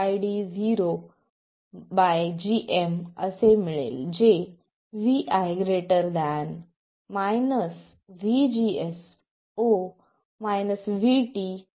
ID0 gm असे मिळेल जे Vi 2 आहे